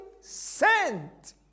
sent